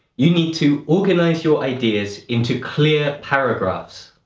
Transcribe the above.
you need to organize your ideas into clear paragraphs.